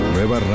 Nueva